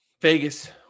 Vegas